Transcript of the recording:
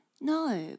No